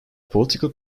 political